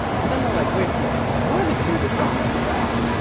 but then we're like, wait a second, we're the two that don't know the route.